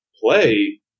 play